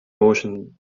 motion